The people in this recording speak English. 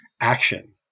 action